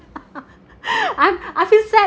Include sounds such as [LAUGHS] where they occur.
[LAUGHS] I'm I feel sad